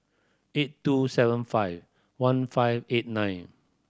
eight two seven five one five eight nine